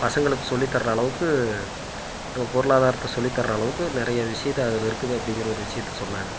பசங்களுக்கு சொல்லி தர அளவுக்கு நம்ம பொருளாதாரத்தை சொல்லி தர அளவுக்கு நிறைய விஷயத்த அதில் இருக்குது அப்படிங்கிற ஒரு விஷயத்த சொன்னாங்க